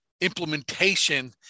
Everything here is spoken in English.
implementation